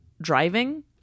driving